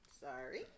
Sorry